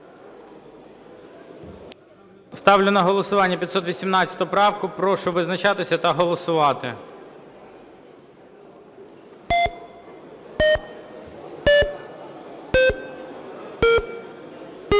Ставлю на голосування 545 правку. Прошу визначатись та голосувати. 14:57:29